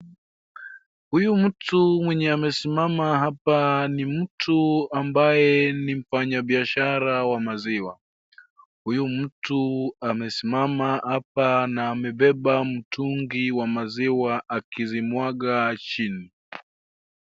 Huyu mtu mwenye amesimama hapa ni mtu ambaye ni mfanyibiashara wa maziwa. Huyu mtu amesimama hapa na amebeba mtungi wa maziwa akizimwaga chini.